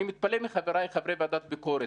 אני מתפלא על חבריי חברי ועדת הביקורת.